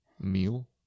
meal